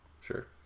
Sure